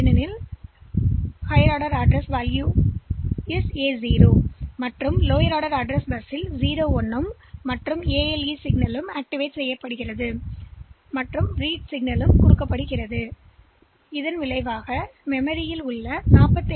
எனவே இந்த உயர் ஆர்டர் முகவரி பஸ்ஸுக்கு A0 கிடைத்துள்ளது மற்றும் லோயர் ஆர்டர் முகவரி பஸ்ஸுக்குகிடைத்துள்ளது 01 மீண்டும் ALE சிக்னல் வழங்கப்படுகிறது பின்னர் RD சிக்னல் இங்கே கொடுக்கப்பட்டுள்ளது